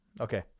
Okay